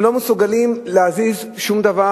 הם לא מסוגלים להזיז שום דבר.